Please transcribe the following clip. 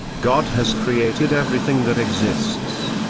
god has created everything that exists.